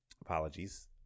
Apologies